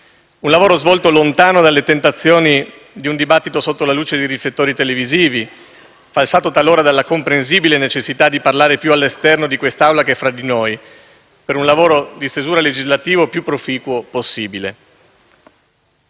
Un lavoro svolto lontano dalle tentazioni di un dibattito sotto la luce dei riflettori televisivi, falsato talora dalla comprensibile necessità di parlare più all'esterno di quest'Aula che tra di noi, per un lavoro di stesura legislativo più proficuo possibile.